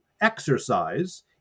exercise